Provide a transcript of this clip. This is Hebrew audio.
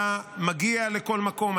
הוא היה מגיע לכל מקום,